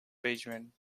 pageant